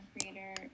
creator